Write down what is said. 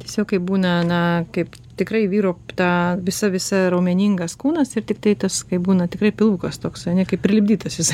tiesiog kaip būna na kaip tikrai vyro tą visą visą raumeningas kūnas ir tiktai tas kai būna tikrai pilvukas toksai kaip prilipdytas jisai